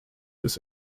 his